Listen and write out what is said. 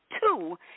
two